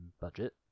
budget